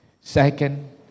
Second